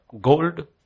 gold